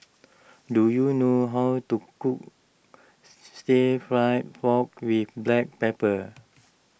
do you know how to cook Stir Fried Pork with Black Pepper